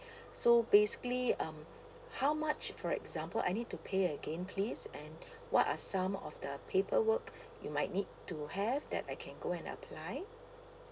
so basically um how much for example I need to pay again please and what are some of the paperwork you might need to have that I can go and apply